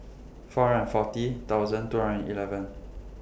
four hundred and forty thousand two hundred and eleven